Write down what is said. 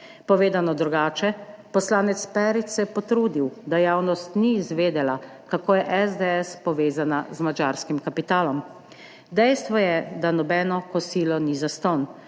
Povedano drugače, poslanec Perič se je potrudil, da javnost ni izvedela, kako je SDS povezana z madžarskim kapitalom. Dejstvo je, da nobeno kosilo ni zastonj.